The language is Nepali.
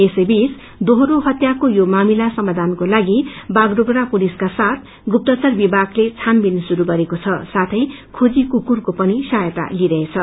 यसैबीच दोहोरो हत्याको यो मामिला समायानको लागि बाघडोप्रा पुलिसका साथ गुप्तचर विमागले छानबीन श्रुरू गरेको छ साथै खोजी कुकुरको पनि सहायता लिइरछेछ